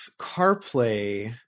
CarPlay